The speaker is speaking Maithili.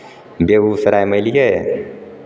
बेगुसरायमे अयलियै